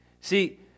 See